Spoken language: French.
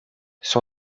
son